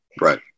Right